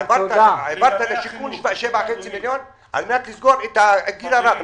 העברת לשיכון 7.5 מיליון על מנת לסגור את נושא הגיל הרך.